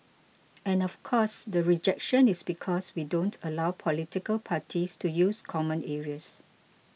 and of course the rejection is because we don't allow political parties to use common areas